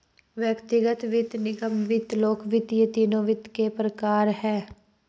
व्यक्तिगत वित्त, निगम वित्त, लोक वित्त ये तीनों वित्त के प्रकार हैं